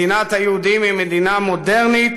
מדינת היהודים היא מדינה מודרנית,